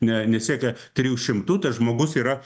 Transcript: ne nesiekia trijų šimtų tas žmogus yra